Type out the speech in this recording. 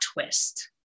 twist